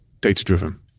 Data-driven